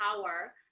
power